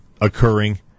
occurring